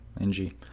NG